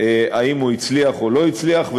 אם הוא הצליח או לא הצליח,